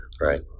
Right